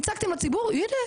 והצגתם לציבור הנה,